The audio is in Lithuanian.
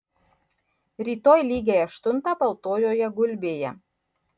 rytoj lygiai aštuntą baltojoje gulbėje